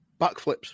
backflips